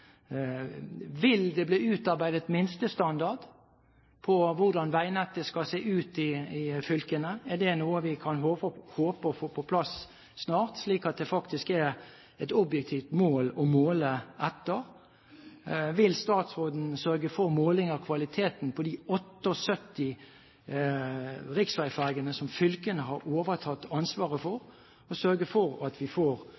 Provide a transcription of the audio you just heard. Vil det bli utarbeidet minstestandard for hvordan veinettet skal se ut i fylkene? Er det noe vi kan håpe å få på plass snart, slik at det er et objektivt mål å måle etter? Vil statsråden sørge for måling av kvaliteten på de 78 riksveifergene som fylkene har overtatt ansvaret for, og sørge for at vi får